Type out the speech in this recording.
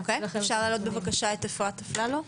אוקיי, אפשר להעלות בבקשה את אפרת אפללו?